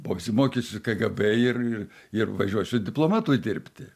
pasimokysiu kgb ir ir važiuosiu diplomatu dirbti